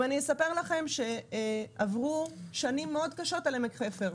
אם אספר לכם שעברו שנים מאוד קשות על עמק חפר,